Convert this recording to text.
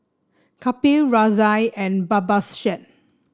Kapil Razia and Babasaheb